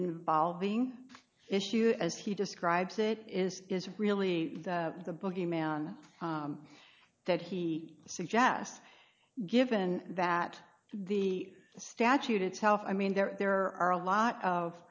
involving issue as he describes it is is really the bogeyman that he suggests given that the statute itself i mean there are a lot of